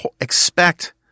expect